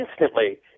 instantly